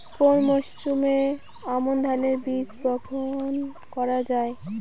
কোন মরশুমে আমন ধানের বীজ বপন করা হয়?